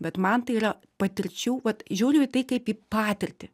bet man tai yra patirčių vat žiūriu į tai kaip į patirtį